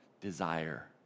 desire